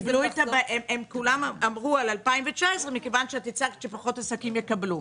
כולם דיברו על 2019 מכיוון שהצגת שאחרת פחות עסקים יקבלו,